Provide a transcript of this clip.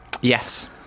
Yes